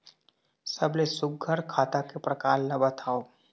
सबले सुघ्घर खाता के प्रकार ला बताव?